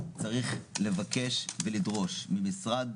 צריך לבקש ולדרוש ממשרד